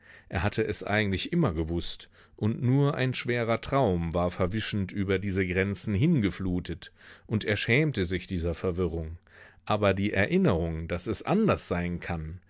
er hatte es eigentlich immer gewußt und nur ein schwerer traum war verwischend über diese grenzen hingeflutet und er schämte sich dieser verwirrung aber die erinnerung daß es anders sein kann